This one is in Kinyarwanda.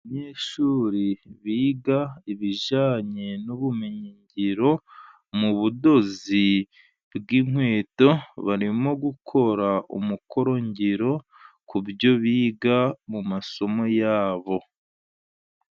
Abanyeshuri biga ibijyanye n'ubumenyingiro mu budozi bw'inkweto barimo gukora umukoro ngiro ku byo biga mu masomo yabo.